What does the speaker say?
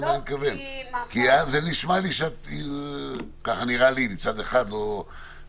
זה נשמע לי לפחות לפי מה שאני רואה,